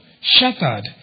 shattered